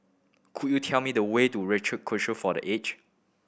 could you tell me the way to Rochor Kongsi for The Age